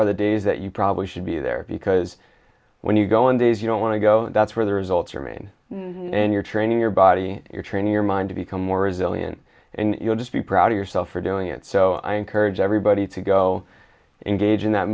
are the days that you probably should be there because when you go on days you don't want to go that's where the results are mean and you're training your body your train your mind to become more resilient and you'll just be proud of yourself for doing it so i encourage everybody to go engage in that